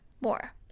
more